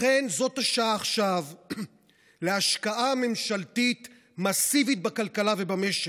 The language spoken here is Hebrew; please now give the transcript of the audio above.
לכן זאת השעה עכשיו להשקעה ממשלתית מסיבית בכלכלה ובמשק,